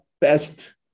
best